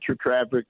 traffic